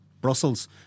Brussels